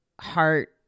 heart